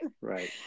Right